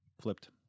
flipped